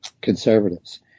conservatives